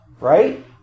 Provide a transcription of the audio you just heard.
Right